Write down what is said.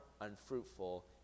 unfruitful